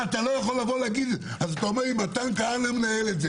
אתה אומר: אם מתן כהנא מנהל את זה